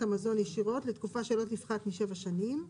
המזון ישירות לתקופה שלא תפחת מ-7 שנים.